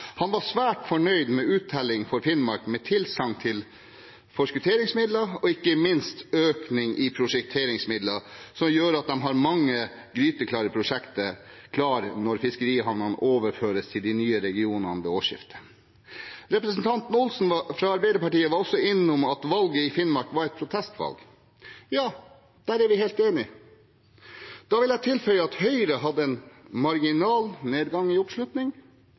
Han var svært fornøyd med uttellingen for Finnmark med tilsagn til forskutteringsmidler og ikke minst økning i prosjekteringsmidler, noe som gjør at de har mange gryteklare prosjekter klare når fiskerihavnene overføres til de nye regionene ved årsskiftet. Representanten Olsen fra Arbeiderpartiet var også innom at valget i Finnmark var et protestvalg. Ja, der er vi helt enige. Da vil jeg tilføye at Høyre hadde en marginal nedgang i oppslutning